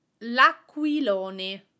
L'aquilone